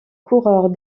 coureurs